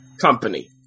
company